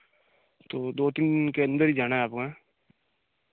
तो दो तीन दिन के अंदर ही जाना है आपको हाँ